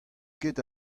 ket